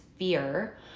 fear